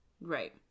Right